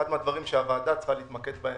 אחד הדברים שהוועדה צריכה להתמקד בהם,